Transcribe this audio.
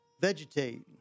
vegetate